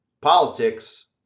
politics